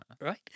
Right